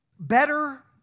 Better